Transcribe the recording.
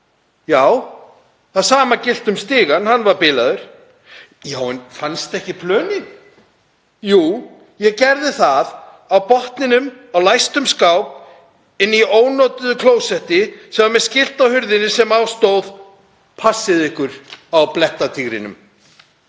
Já, það sama gilti um stigann. Hann var bilaður. Já, en fannstu ekki plönin? – Jú, ég gerði það, á botninum á læstum skáp inni á ónotuðu klósetti sem var með skilti á hurðinni sem á stóð: Passið ykkur á blettatígrinum.“